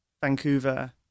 Vancouver